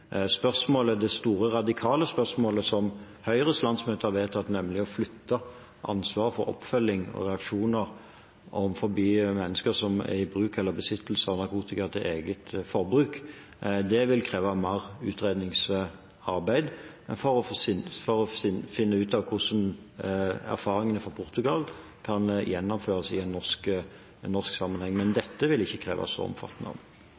Det store, radikale spørsmålet som Høyres landsmøte har vedtatt, nemlig å flytte ansvaret for oppfølging av og reaksjoner overfor mennesker som er i besittelse av narkotika til eget forbruk, vil kreve mer utredningsarbeid for å finne ut hvordan erfaringene fra Portugal kan gjennomføres i en norsk sammenheng. Men dette vil ikke kreve så omfattende